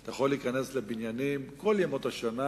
אתה יכול להיכנס לבניינים כל ימות השנה